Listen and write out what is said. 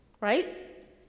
Right